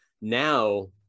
Now